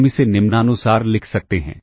हम इसे निम्नानुसार लिख सकते हैं